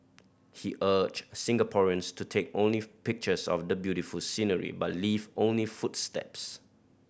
he urged Singaporeans to take only pictures of the beautiful scenery but leave only footsteps